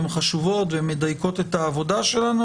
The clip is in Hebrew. הן חשובות והן מדייקות את העבודה שלנו,